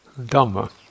Dhamma